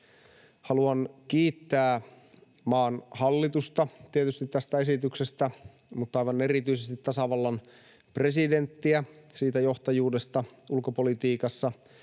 Haluan kiittää maan hallitusta tietysti tästä esityksestä mutta aivan erityisesti tasavallan presidenttiä siitä johtajuudesta ulkopolitiikassa,